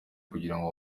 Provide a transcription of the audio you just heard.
kugirango